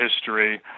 history